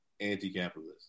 anti-capitalist